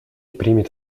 примет